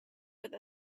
with